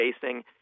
facing